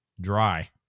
dry